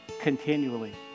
continually